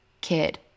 kid